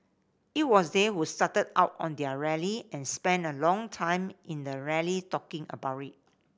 it was they who started out on their rally and spent a long time in the rally talking about it